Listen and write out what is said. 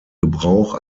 gebrauch